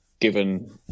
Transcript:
given